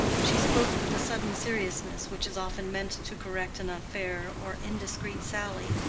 she spoke with the sudden seriousness which is often meant to correct an unfair or indiscreet sally,